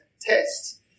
test